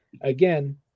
again